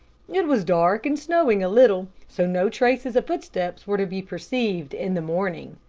it was dark, and snowing a little, so no traces of footsteps were to be perceived in the morning.